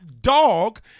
dog